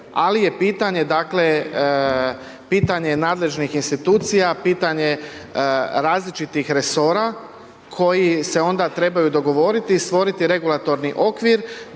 dakle, pitanje je nadležnih institucija, pitanje je različitih resora koji se onda trebaju dogovoriti i stvoriti regulatorni okvir,